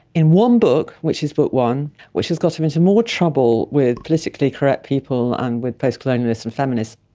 in one book which is book one, which has got him into more trouble with politically correct people and with post-colonialists and feminists,